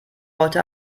heute